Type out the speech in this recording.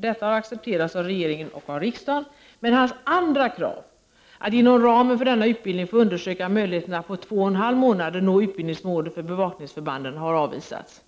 Detta har accepterats av regeringen och av riksdagen, men hans andra krav, att inom ramen för denna utbildning få undersöka möjligheten att på två och en halv månad nå utbildningsmålet för bevakningsförbanden har avvisats.